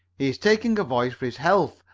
he is taking a voyage for his health,